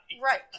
Right